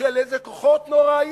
של איזה כוחות נוראים